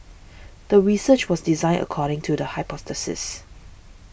the research was designed according to the hypothesis